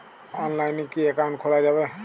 অনলাইনে কি অ্যাকাউন্ট খোলা যাবে?